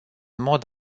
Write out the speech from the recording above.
mod